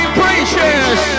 precious